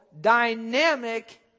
dynamic